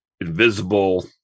invisible